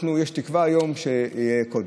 יש תקווה היום שזה יהיה קודם.